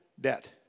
debt